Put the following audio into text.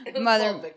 Mother